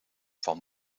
van